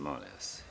Molim vas.